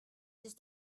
just